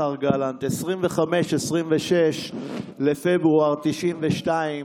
השר גלנט: 26-25 בפברואר 1992,